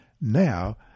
now